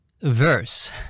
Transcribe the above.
verse